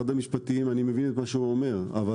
אני מבין את מה שאומר משרד המשפטים אבל